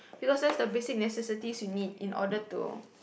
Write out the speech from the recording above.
because that's the basic necessities you need in order to